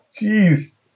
jeez